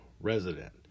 resident